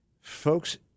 Folks